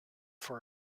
for